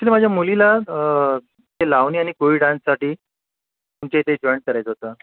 actually माझ्या मुलीला ते लावणी आणि कोळी डान्ससाठी तुमच्या इथे जॉईंट करायचं होतं